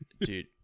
Dude